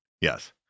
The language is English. Yes